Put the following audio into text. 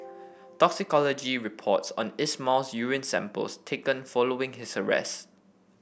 toxicology reports on Ismail's urine samples taken following his arrest